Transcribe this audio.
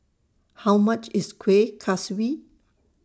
How much IS Kueh Kaswi